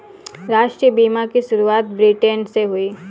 राष्ट्रीय बीमा की शुरुआत ब्रिटैन से हुई